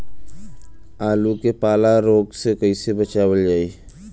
आलू के पाला रोग से कईसे बचावल जाई?